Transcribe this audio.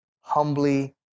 humbly